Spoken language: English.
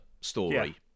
story